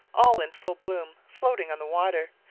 all in full bloom, floating on the water,